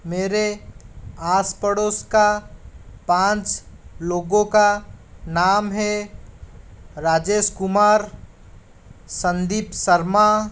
मेरे आस पड़ोस के पाँच लोगों के नाम है राजेश कुमार संदीप शर्मा